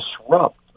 disrupt